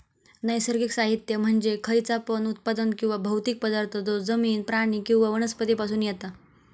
नैसर्गिक साहित्य म्हणजे खयचा पण उत्पादन किंवा भौतिक पदार्थ जो जमिन, प्राणी किंवा वनस्पती पासून येता